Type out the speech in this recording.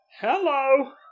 Hello